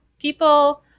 People